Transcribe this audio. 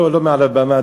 לא מעל הבמה,